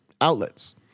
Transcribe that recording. outlets